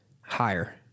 Higher